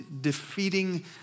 defeating